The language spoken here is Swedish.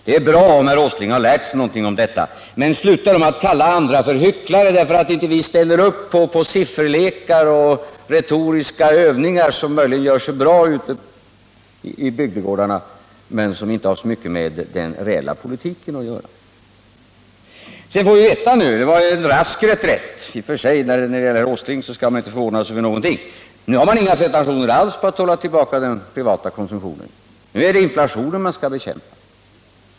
Det är bra om herr Åsling har lärt sig någonting om detta, men sluta då med att kalla oss för hycklare för att vi inte ställer upp på sifferlekar och retoriska övningar, som möjligen gör sig bra ute i bygdegårdarna men som inte har så mycket med den reella politiken att göra. Nu får vi veta — det var i och för sig en rask reträtt, men när det gäller herr Åsling skall man inte förvåna sig över någonting — att ni inte har några pretentioner alls på att hålla tillbaka den privata konsumtionen. Nu är det inflationen man skall bekämpa.